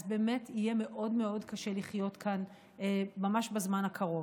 יהיה מאוד מאוד קשה לחיות כאן ממש בזמן הקרוב.